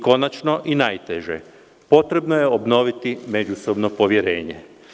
Konačno i najteže, potrebno je obnoviti međusobno povjerenje.